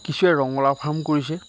কিছুৱে ৰঙালাও ফাৰ্ম কৰিছে